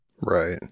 Right